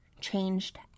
changed